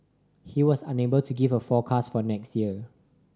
he was unable to give a forecast for next year